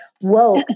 woke